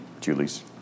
Julie's